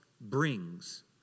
brings